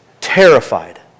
terrified